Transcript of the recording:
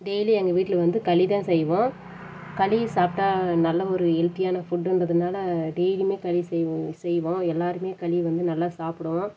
daily எங்கள் வீட்டில் வந்து களி தான் செய்வோம் களி சாப்பிட்டா நல்ல ஒரு ஹெல்தியான ஃபுட்டுங்கிறதுனால் டெய்லியுமே களி செய்வோம் செய்வோம் எல்லாேருமே களி வந்து நல்லா சாப்பிடுவோம்